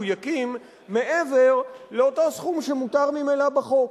יקים מעבר לאותו סכום שמותר ממילא בחוק.